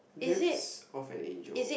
Lips-of_an_Angel